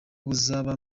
buzaba